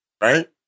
Right